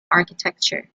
architecture